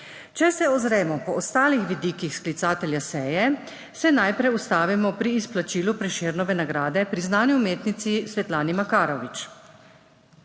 Če se ozremo po ostalih vidikih sklicatelja seje, se najprej ustavimo pri izplačilu Prešernove nagrade priznani umetnici Svetlani Makarovič.